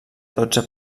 dotze